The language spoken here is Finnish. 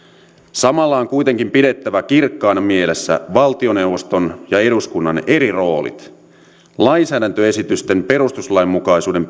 samalla on kuitenkin pidettävä kirkkaana mielessä valtioneuvoston ja eduskunnan eri roolit lainsäädäntöesitysten perustuslainmukaisuuden